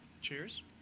Cheers